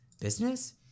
Business